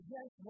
Yes